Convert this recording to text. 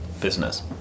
business